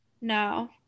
No